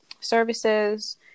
services